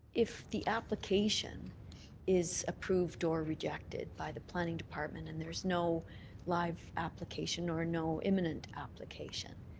if the application is approved or rejected by the planning department and there's no live application or no imminent application,